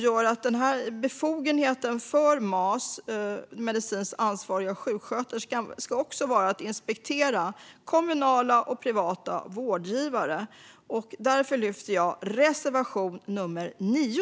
Vi tycker att den medicinskt ansvariga sjuksköterskan, MAS, ska ha befogenhet att inspektera kommunala och privata vårdgivare. Därför lyfter jag reservation nummer 9.